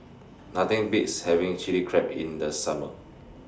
Nothing Beats having Chili Crab in The Summer